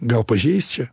gal pažeist čia